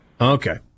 Okay